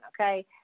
Okay